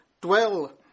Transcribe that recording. dwell